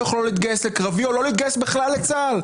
יכולות להתגייס לקרבי או לא להתגייס בכלל לצה"ל?